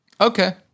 Okay